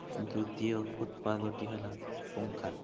ଦ୍ଵିତୀୟ ଉତ୍ପାଦଟି ହେଲା ପଙ୍ଖା